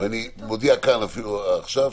אני מודיע כאן אפילו עכשיו,